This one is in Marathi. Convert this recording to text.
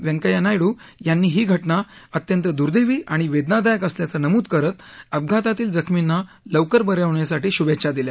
व्यंकय्या नायडू यांनी ही घटना अत्यंत दुर्देवी आणि वेदनादायक असल्याचं नमूद करत अपघातातील जखमींना लवकर बरे होण्यासाठी शुभेच्छा दिल्या